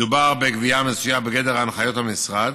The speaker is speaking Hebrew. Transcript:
מדובר בגבייה המצויה בגדר הנחיות המשרד.